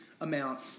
amount